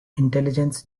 intelligence